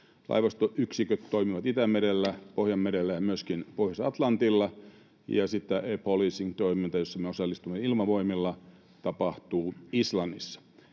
Laivastoyksiköt toimivat Itämerellä, Pohjanmerellä ja myöskin Pohjois-Atlantilla, ja sitten tämä air policing ‑toiminta, johon me osallistumme Ilmavoimilla, tapahtuu Islannissa.